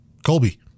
Colby